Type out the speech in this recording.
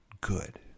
good